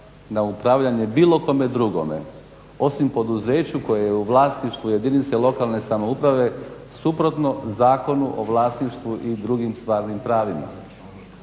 na upravljanje bilo kome drugome osim poduzeću koje je u vlasništvu jedinice lokalne samouprave suprotno Zakonu o vlasništvu i drugim stvarnim pravima.